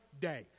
day